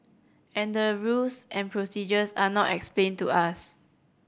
and the rules and procedures are not explained to us